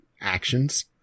actions